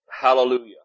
Hallelujah